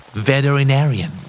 Veterinarian